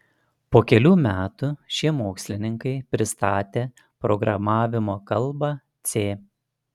po kelių metų šie mokslininkai pristatė programavimo kalbą c